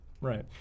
right